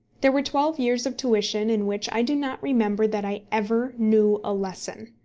there were twelve years of tuition in which i do not remember that i ever knew a lesson!